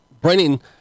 bringing